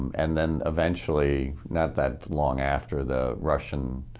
and then eventually, not that long after, the russian